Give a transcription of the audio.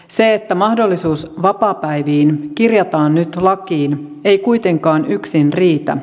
se että mahdollisuus vapaapäiviin kirjataan nyt lakiin ei kuitenkaan yksin riitä